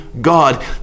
God